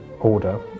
order